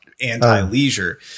anti-leisure